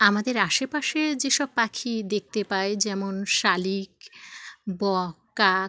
আমাদের আশেপাশে যে সব পাখি দেখতে পাই যেমন শালিক বক কাক